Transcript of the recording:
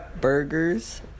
burgers